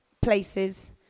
places